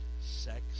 sex